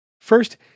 First